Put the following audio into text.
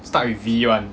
start with V [one]